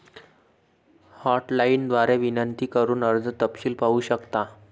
hotline द्वारे विनंती करून कर्ज तपशील पाहू शकता